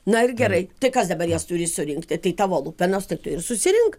na ir gerai tai kas dabar jas turi surinkti tai tavo lupenos tai tu ir susirink